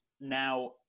Now